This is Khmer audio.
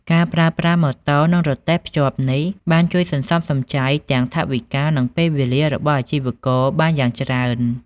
ការប្រើប្រាស់ម៉ូតូនិងរទេះភ្ជាប់នេះបានជួយសន្សំសំចៃទាំងថវិកានិងពេលវេលារបស់អាជីវករបានយ៉ាងច្រើន។